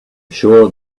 sure